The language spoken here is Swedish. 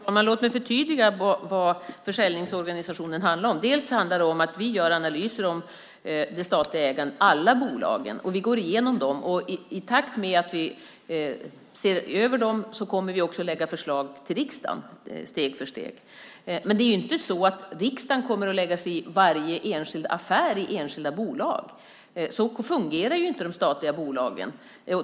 Herr talman! Låt mig förtydliga vad försäljningsorganisationen handlar om. Det handlar bland annat om att vi gör analyser av det statliga ägandet, alla bolagen. Vi går igenom dem. Och i takt med att vi ser över dem kommer vi också att lägga fram förslag för riksdagen, steg för steg. Men det är inte så att riksdagen kommer att lägga sig i varje enskild affär i enskilda bolag. Så fungerar inte de statliga bolagen.